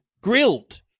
Grilled